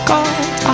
God